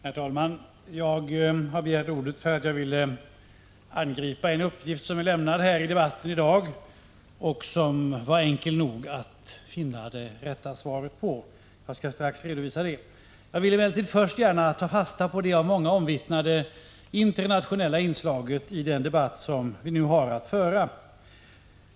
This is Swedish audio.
Herr talman! Jag har begärt ordet för att jag ville angripa en uppgift som är lämnad här i dagens debatt och som var enkel nog att finna det rätta svaret på. Jag skall strax redovisa detta. Jag vill emellertid först gärna ta fasta på det av många omvittnade internationella inslaget i den debatt som vi har att föra.